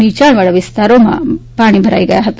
નીચાણવાળા વિસ્તારોમાં પાણી ભરાઈ ગયા હતા